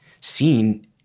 seen